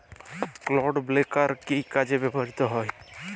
Clod breaker কি কাজে ব্যবহৃত হয়?